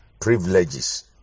Privileges